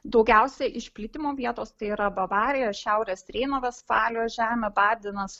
daugiausiai išplitimo vietos tai yra bavarijos šiaurės reino vestfalijos žemė badenas